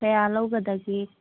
ꯀꯌꯥ ꯂꯧꯒꯗꯒꯦ